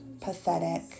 pathetic